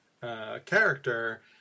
character